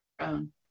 own